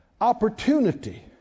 Opportunity